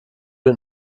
den